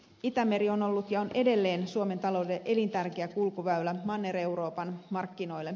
itämeri on ollut ja on edelleen suomen taloudelle elintärkeä kulkuväylä manner euroopan markkinoille